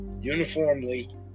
uniformly